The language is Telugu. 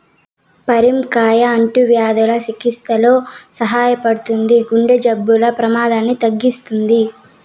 పరింగర కాయ అంటువ్యాధుల చికిత్సలో సహాయపడుతుంది, గుండె జబ్బుల ప్రమాదాన్ని తగ్గిస్తుంది